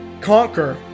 Conquer